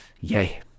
yay